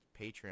patreon